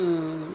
ம்